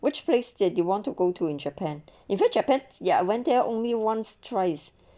which place that they want to go to in japan even japan's ya I went there only once twice